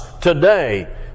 today